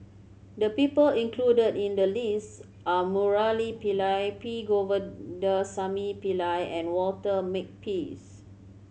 the people included in the list are Murali Pillai P Govindasamy Pillai and Walter Makepeace